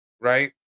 right